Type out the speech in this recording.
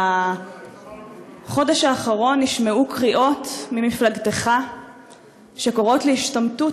בחודש האחרון נשמעו קריאות ממפלגתך שקוראות להשתמטות